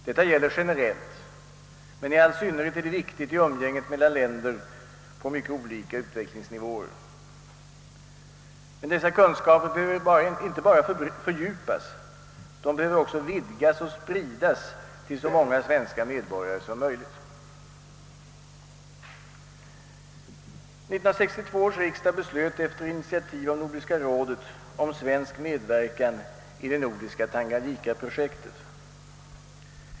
Detta gäller generellt, men i all synnerhet är det viktigt i umgänget mellan länder på mycket olika utvecklingsnivåer. Men dessa kunskaper behöver inte bara fördjupas. De behöver också spridas till så många svenska medborgare som möjligt. 1962 års riksdag beslöt efter initiativ av Nordiska rådet om svensk medverkan i det nordiska Tanganyika-projektet.